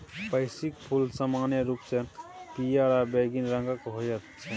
पैंसीक फूल समान्य रूपसँ पियर आ बैंगनी रंगक होइत छै